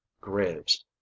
graves